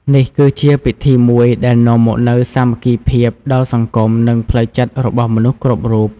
នេះគឺជាពិធីមួយដែលនាំមកនូវសាមគ្គីភាពដល់សង្គម និងផ្លូវចិត្តរបស់មនុស្សគ្រប់រូប។